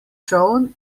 čoln